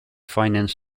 finance